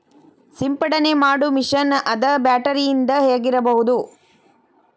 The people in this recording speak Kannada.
ಸಿಂಪಡನೆ ಮಾಡು ಮಿಷನ್ ಅದ ಬ್ಯಾಟರಿದ ಆಗಿರಬಹುದ